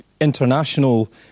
international